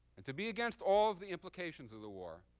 and to be against all of the implications of the war,